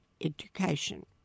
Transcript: education